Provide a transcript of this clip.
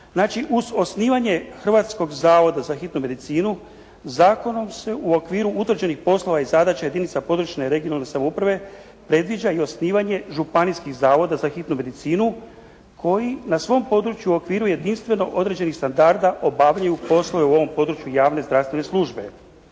Znači, uz osnivanje Hrvatskog zavoda za hitnu medicinu, zakonom se u okviru utvrđenih poslova i zadaća jedinica područne i regionalne samouprave, predviđa i osnivanje županijskih zavoda za hitnu medicinu koji na svom području u okviru jedinstveno određenih standarda obavljaju poslove u ovom području javne zdravstvene službe.